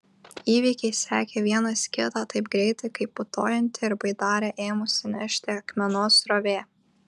įvykiai sekė vienas kitą taip greitai kaip putojanti ir baidarę ėmusi nešti akmenos srovė